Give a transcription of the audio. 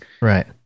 Right